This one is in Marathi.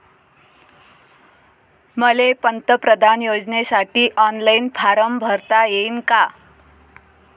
मले पंतप्रधान योजनेसाठी ऑनलाईन फारम भरता येईन का?